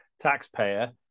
taxpayer